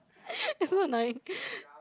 you're so annoying